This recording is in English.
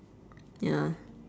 ya